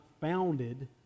founded